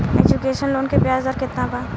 Education loan के ब्याज दर केतना बा?